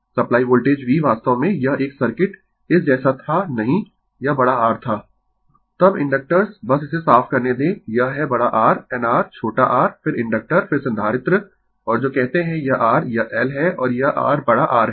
supply voltage V वास्तव में यह एक सर्किट इस जैसा था नहीं यह बड़ा R था तब इंडक्टर्स बस इसे साफ करने दें यह है बड़ा R nr छोटा r फिर इंडक्टर फिर संधारित्र और जो कहते है यह r यह L है और यह r बड़ा R है